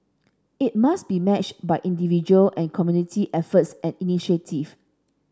it must be matched by individual and community efforts and initiative